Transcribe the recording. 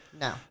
No